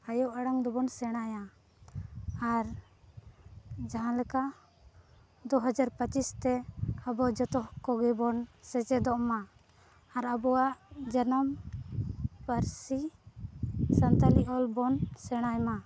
ᱟᱭᱳ ᱟᱲᱟᱝ ᱫᱚᱵᱚᱱ ᱥᱮᱬᱟᱭᱟ ᱟᱨ ᱡᱟᱦᱟᱸᱞᱮᱠᱟ ᱫᱩ ᱦᱟᱡᱟᱨ ᱯᱚᱪᱤᱥ ᱛᱮ ᱟᱵᱚ ᱡᱚᱛᱚ ᱠᱚᱜᱮ ᱵᱚᱱ ᱥᱮᱪᱮᱫᱚᱜᱼᱢᱟ ᱟᱨ ᱟᱵᱚᱣᱟᱜ ᱡᱟᱱᱟᱢ ᱯᱟᱹᱨᱥᱤ ᱥᱟᱱᱛᱟᱞᱤ ᱚᱞ ᱵᱚᱱ ᱥᱮᱬᱟᱭᱼᱢᱟ